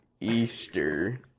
Easter